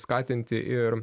skatinti ir